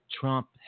Trump